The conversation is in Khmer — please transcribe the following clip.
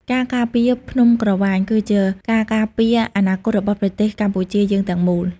ការការពារភ្នំក្រវ៉ាញគឺជាការការពារអនាគតរបស់ប្រទេសកម្ពុជាយើងទាំងមូល។